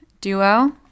duo